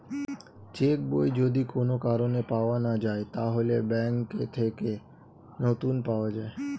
check বই যদি কোন কারণে পাওয়া না যায়, তাহলে ব্যাংক থেকে নতুন পাওয়া যায়